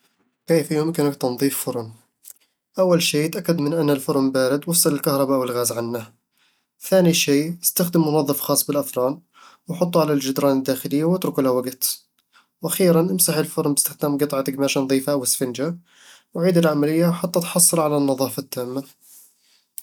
كيف يمكنك تنظيف فرن؟ أول شي، تأكد من أن الفرن بارد وافصل الكهرباء أو الغاز عنه ثاني شيء استخدم منظف خاص بالأفران، وحطه على الجدران الداخلية واتركه لوقت وأخيراً، امسح الفرن باستخدام قطعة قماش نظيفة أو إسفنجة، وعيد العملية حتى تحصل على النظافة التامة